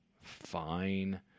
fine